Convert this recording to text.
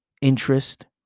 Interest